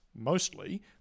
mostly